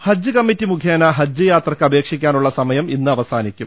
ഹജ്ജ് committee മുഖേന ഹജ്ജ് യാത്രക്ക് അപേക്ഷിക്കാനുള്ള സമയം ഇന്ന് അവസാനിക്കും